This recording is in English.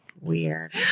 Weird